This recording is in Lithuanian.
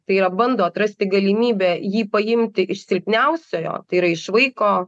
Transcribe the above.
tai yra bando atrasti galimybę jį paimti iš silpniausiojo tai yra iš vaiko